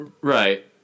Right